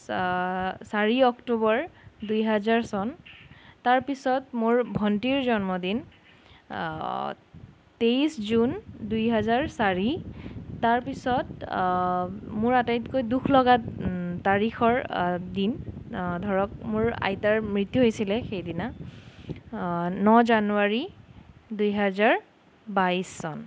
চাৰি অক্টোবৰ দুই হাজাৰ চন তাৰপিছত মোৰ ভণ্টীৰ জন্মদিন তেইছ জুন দুই হাজাৰ চাৰি তাৰপিছত মোৰ আটাইতকৈ দুখ লগা তাৰিখৰ দিন ধৰক মোৰ আইতাৰ মৃত্যু হৈছিলে সেইদিনা ন জানুৱাৰী দুই হাজাৰ বাইছ চন